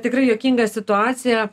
tikrai juokinga situacija